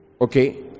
okay